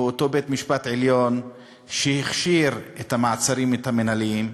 הוא אותו בית-משפט עליון שהכשיר את המעצרים המינהליים,